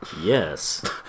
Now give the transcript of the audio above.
Yes